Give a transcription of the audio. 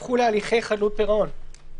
ומספר ההסדרים שהפכו להליכי חדלות פירעון.